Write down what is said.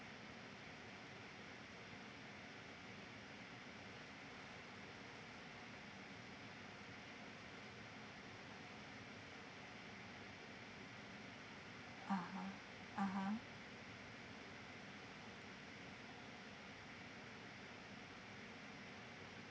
(uh huh) (uh huh)